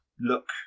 Look